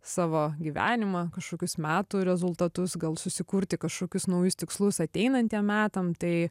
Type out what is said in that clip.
savo gyvenimą kažkokius metų rezultatus gal susikurti kažkokius naujus tikslus ateinantiem metam tai